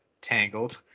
Tangled